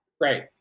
Great